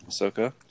Ahsoka